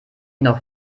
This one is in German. noch